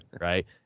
right